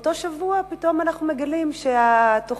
באותו שבוע פתאום אנחנו מגלים שהתוכנית